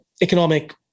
economic